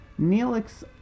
Neelix